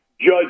judge